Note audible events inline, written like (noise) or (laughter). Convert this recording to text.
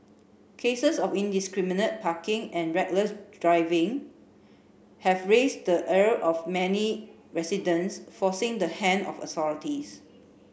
cases of indiscriminate parking and reckless driving have raised the (unintelligible) of many residents forcing the hand of authorities